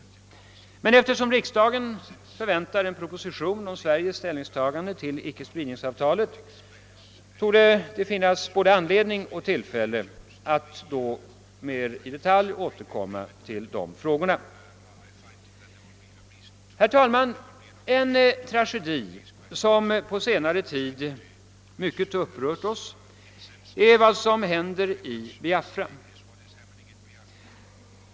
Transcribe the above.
Men eftersom riksdagen väntar en proposition om Sveriges ställningstagande till ickespridningsavtalet torde det finnas anledning och tillfälle att mer i detalj återkomma till dessa frågor. Herr talman! En tragedi som på senare tid mycket upprört oss är vad som händer i Biafra.